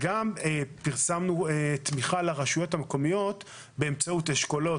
פרסמנו תמיכה לרשויות מקומיות באמצעות אשכולות,